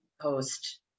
post